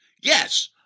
Yes